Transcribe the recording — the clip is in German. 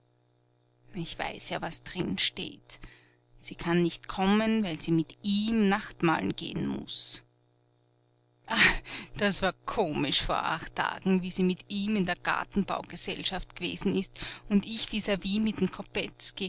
ich weiß ja was drinsteht sie kann nicht kommen weil sie mit ihm nachtmahlen gehen muß ah das war komisch vor acht tagen wie sie mit ihm in der gartenbaugesellschaft gewesen ist und ich vis vis mit'm